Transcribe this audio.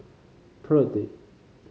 perdi